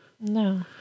No